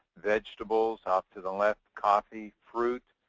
vegetables. off to the left, coffee, fruit.